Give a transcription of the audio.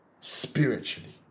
spiritually